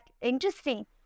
interesting